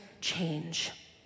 change